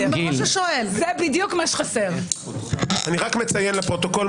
גיל --- אני רק מציין לפרוטוקול,